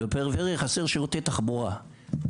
חסרים שירותי תחבורה,